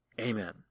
Amen